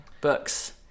books